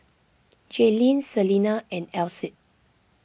Jaelynn Selina and Alcide